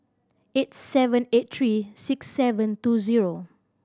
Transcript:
eight seven eight three six seven two zero